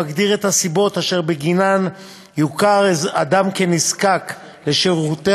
מגדיר את הסיבות אשר בגינן יוכר אדם כנזקק לשירותי